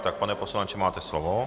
Tak pane poslanče, máte slovo.